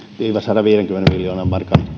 viiva sadanviidenkymmenen miljoonan